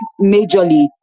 majorly